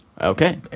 okay